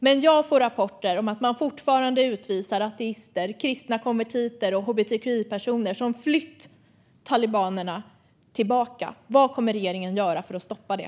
Men jag får rapporter om att ateister, kristna konvertiter och hbtqi-personer som flytt talibanerna fortfarande utvisas tillbaka. Vad kommer regeringen att göra för att stoppa det?